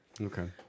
Okay